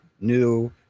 new